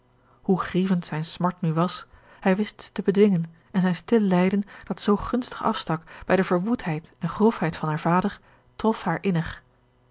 hoe grievend zijne smart nu was hij wist ze te bedwingen en zijn stil lijden dat zoo gunstig afstak bij de verwoedheid en grofheid van haren vader trof haar innig